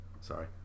Sorry